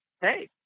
hey